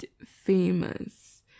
famous